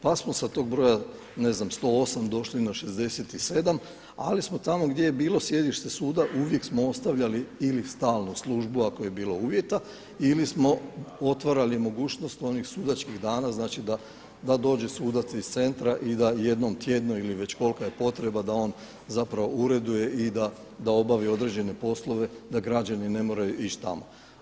Pa smo sa tog broja 108 došli na 67, ali smo tamo gdje je bilo sjedište suda uvijek smo ostavljali ili stalnu službu ako je bilo uvjeta ili smo otvarali mogućnost onih sudačkih dana da dođe sudac iz centra i da jednom tjedno ili već kolika je potreba da on ureduje i da obavi određene poslove, da građani ne moraju ići tamo.